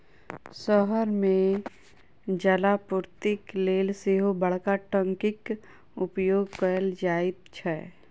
शहर मे जलापूर्तिक लेल सेहो बड़का टंकीक उपयोग कयल जाइत छै